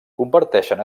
comparteixen